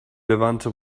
levanter